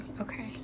okay